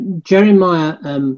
Jeremiah